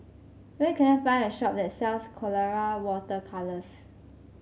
where can I find a shop that sells Colora Water Colours